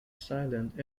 silent